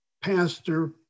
pastor